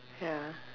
ya